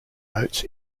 notes